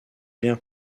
bien